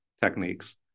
techniques